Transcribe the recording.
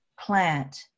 plant